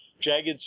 jagged